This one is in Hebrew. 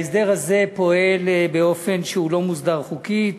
ההסדר הזה פועל באופן שאינו מוסדר חוקית.